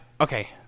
okay